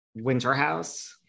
Winterhouse